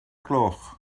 gloch